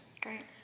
Great